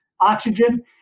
oxygen